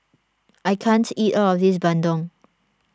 I can't eat all of this Bandung